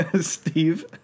Steve